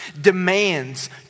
demands